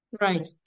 Right